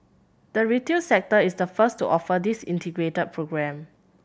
the retail sector is the first to offer this integrated programme